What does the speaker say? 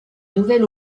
nouvel